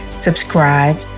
subscribe